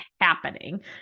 happening